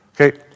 Okay